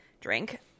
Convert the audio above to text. drink